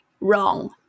Wrong